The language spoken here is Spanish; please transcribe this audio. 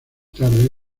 tarde